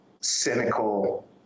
cynical